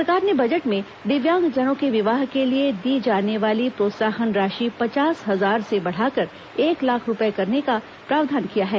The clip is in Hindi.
सरकार ने बजट में दिव्यांगजनों के विवाह के लिए दी जाने वाली प्रोत्साहन राशि पचास हजार से बढ़ाकर एक लाख रूपये करने का प्रावधान किया है